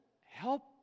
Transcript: help